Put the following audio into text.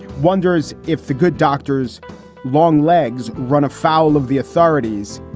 wonders if the good doctor's long legs run afoul of the authorities.